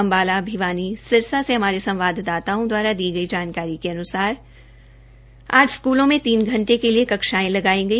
अम्बाला भिवानी सिरसा से हमारे संवाददाताओं द्वारा दी गई जानकारी के अन्सार आज स्कूलों मैं तीन घंटे के लिए कक्षायें लगाई गई